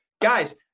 Guys